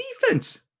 defense